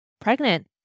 pregnant